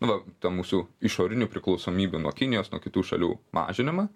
nu va ta mūsų išorinių priklausomybių nuo kinijos nuo kitų šalių mažinimą